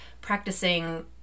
practicing